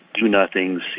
do-nothing